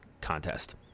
contest